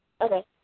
Okay